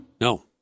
No